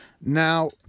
Now